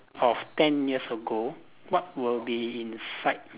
of ten years ago what will be inside